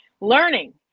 learning